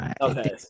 Okay